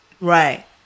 Right